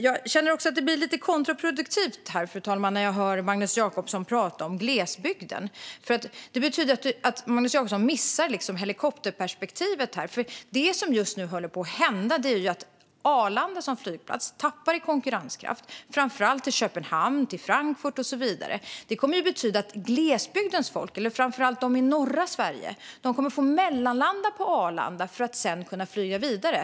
Jag känner att det blir lite kontraproduktivt när Magnus Jacobsson talar om glesbygden. Magnus Jacobsson missar helikopterperspektivet här. Det som just nu håller på att hända är att Arlanda som flygplats tappar i konkurrenskraft, framför allt till Köpenhamn, till Frankfurt och så vidare. Det betyder att glesbygdens folk eller framför allt de som bor i norra Sverige kommer att få mellanlanda på Arlanda för att sedan kunna flyga vidare.